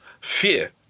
Fear